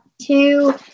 two